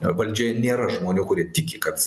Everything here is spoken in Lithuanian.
valdžioje nėra žmonių kurie tiki kad